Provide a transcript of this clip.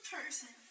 person